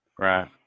Right